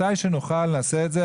מתי שנוכל נעשה את זה.